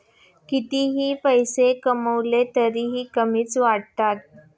कितीही पैसे कमावले तरीही कमीच वाटतात